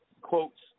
quotes